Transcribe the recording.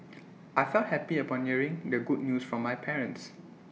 I felt happy upon hearing the good news from my parents